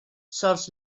sols